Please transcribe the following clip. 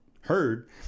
heard